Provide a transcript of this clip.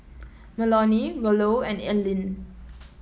Melonie Rollo and Alleen